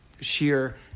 sheer